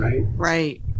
right